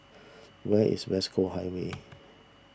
where is West Coast Highway